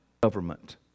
government